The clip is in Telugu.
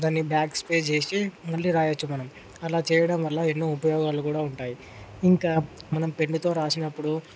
దాన్ని బ్యాక్ స్పేస్ చేసి మళ్లీ రాయచ్చు మనము అలా చేయడంవల్ల ఎన్నో ఉపయోగాలు కూడా ఉంటాయి ఇంకా మనం పెన్నుతో రాసినప్పుడు